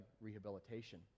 rehabilitation